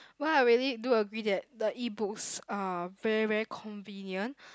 while I really do agree that the e-books are very very convenient